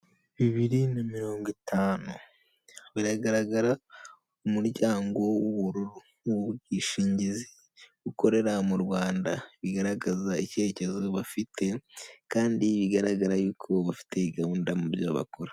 Bibiri na mirongo itanu, biragaragara mu muryango w'ubururu, ni ubwishingizi bukorera mu Rwanda, bigaragaza icyerekezo bafite, kandi bigaragara yuko bafite gahunda mu byo bakora.